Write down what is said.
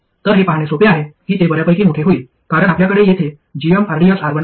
तर हे पाहणे सोपे आहे की ते बर्यापैकी मोठे होईल कारण आपल्याकडे येथे gmrdsR1 आहे